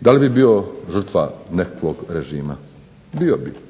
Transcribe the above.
da li bi bio žrtva nekakvog režima. Bio bi.